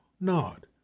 nod